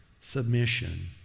submission